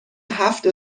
هفت